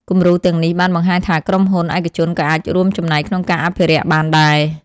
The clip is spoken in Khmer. គំរូទាំងនេះបានបង្ហាញថាក្រុមហ៊ុនឯកជនក៏អាចរួមចំណែកក្នុងការអភិរក្សបានដែរ។